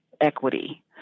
equity